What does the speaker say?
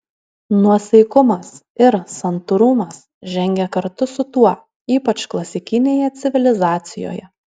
nuosaikumas ir santūrumas žengė kartu su tuo ypač klasikinėje civilizacijoje